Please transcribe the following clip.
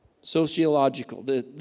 sociological